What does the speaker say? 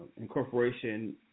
incorporation